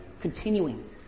Continuing